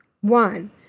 One